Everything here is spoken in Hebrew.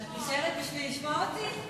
את נשארת בשביל לשמוע אותי?